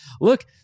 look